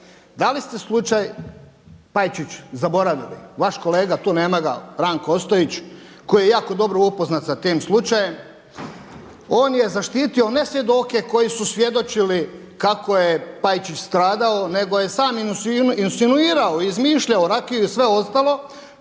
Da li se slučaj Pajčić zaboravili. Vaš kolega, tu nema ga, Ranko Ostojić koji je jako dobro upoznat sa tim slučajem on je zaštitio ne svjedoke koji su svjedočili kako je Pajčić stradao, nego je sam insinuirao, izmišljao rakiju i sve ostalo,